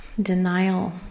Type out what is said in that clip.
denial